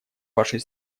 вашей